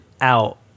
out